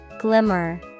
Glimmer